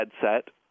headset